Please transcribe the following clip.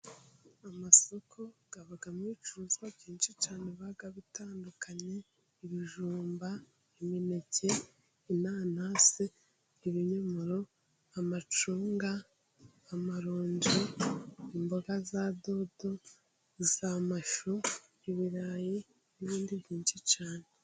Amasoko abamo ibicuruzwa byinshi cyane biba bitandukanye. Ibijumba, imineke, inanase, ibinyomoro, amacunga, amaronje, imboga za dodo, iz'amashu, ibirayi n'ibindi byinshi cyane.